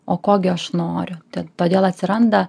o ko gi aš noriu to todėl atsiranda